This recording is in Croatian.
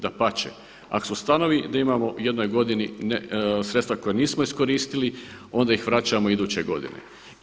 Dapače, ako se ustanovi da imamo u jednoj godini sredstva koja nismo iskoristili onda ih vraćamo iduće godine.